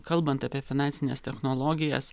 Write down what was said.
kalbant apie finansines technologijas